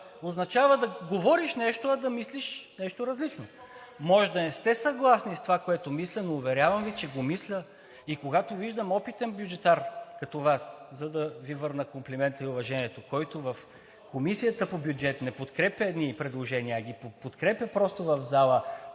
Означава да говориш нещо, а да мислиш нещо различно. Може да не сте съгласни с това, което мисля, но Ви уверявам, че го мисля и когато виждам опитен бюджетар като Вас, за да Ви върна комплимента и уважението, който в Комисията по бюджет не подкрепя едни предложения, а ги подкрепя просто в залата,